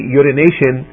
urination